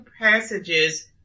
passages